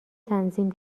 تنظیم